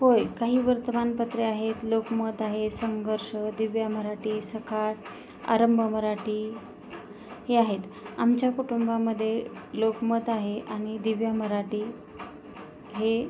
होय काही वर्तमानपत्रे आहेत लोकमत आहे संघर्ष दिव्य मराठी सकाळ आरंभ मराठी हे आहेत आमच्या कुटुंबामध्ये लोकमत आहे आणि दिव्य मराठी हे